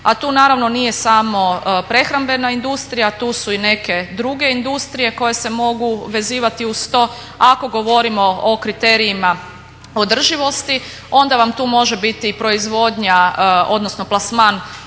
a tu naravno nije samo prehrambena industrija, tu su i neke druge industrije koje se mogu vezivati uz to. Ako govorimo o kriterijima održivosti onda vam tu može biti proizvodnja odnosno plasman